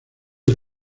del